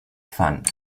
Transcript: fund